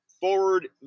forward